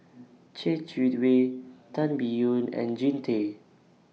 Yeh Chi Wei Tan Biyun and Jean Tay